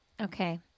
Okay